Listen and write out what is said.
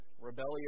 rebellious